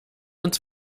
uns